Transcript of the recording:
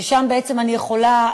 ששם בעצם אני יכולה,